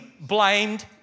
blamed